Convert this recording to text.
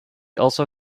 also